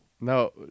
No